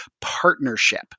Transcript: partnership